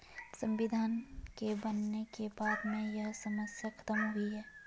संविधान के बनने के बाद में यह समस्या खत्म हुई है